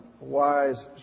wise